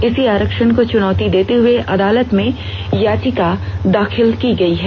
इसी आरक्षण को चुनौती देते हये अदालत में याचिका दाखिल की गई है